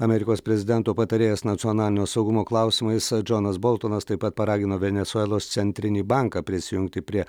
amerikos prezidento patarėjas nacionalinio saugumo klausimais džonas boltonas taip pat paragino venesuelos centrinį banką prisijungti prie